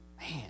Man